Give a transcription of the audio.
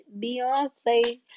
beyonce